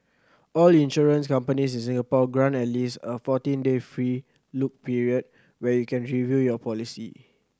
all insurance companies in Singapore grant at least a fourteen day free look period where you can review your policy